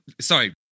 Sorry